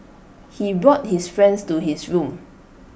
he brought his friends to his room